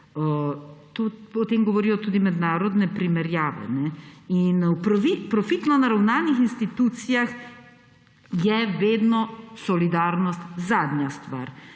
O tem govorijo tudi mednarodne primerjave. V profitno naravnanih institucijah je vedno solidarnost zadnja stvar,